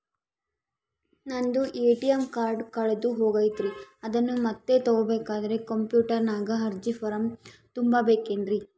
ನಂದು ATM card ಕಳೆದು ಹೋಗೈತ್ರಿ ಅದನ್ನು ಮತ್ತೆ ತಗೋಬೇಕಾದರೆ ಕಂಪ್ಯೂಟರ್ ನಾಗ ಅರ್ಜಿ ಫಾರಂ ತುಂಬಬೇಕನ್ರಿ?